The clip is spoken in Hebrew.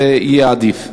זה יהיה עדיף.